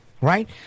Right